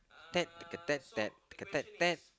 ted like a ted ted like a ted ted